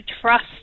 trust